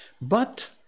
But